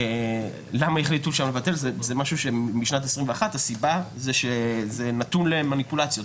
זה משהו משנת 2021. הסיבה היא שזה נתון למניפולציות,